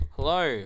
Hello